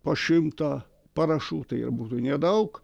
po šimtą parašų tai ir būtų nedaug